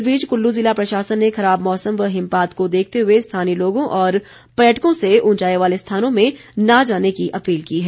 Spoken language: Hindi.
इस बीच कुल्लू जिला प्रशासन ने खराब मौसम व हिमपात को देखते हुए स्थानीय लोगों और पर्यटकों से उंचाई वाले स्थानों में न जाने की अपील की है